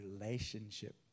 relationship